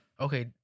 Okay